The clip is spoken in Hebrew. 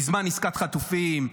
בזמן עסקת חטופים,